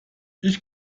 ich